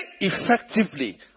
Effectively